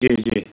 जी जी